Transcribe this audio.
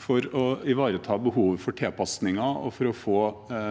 for å ivareta behovet for tilpasninger, og for å få